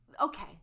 Okay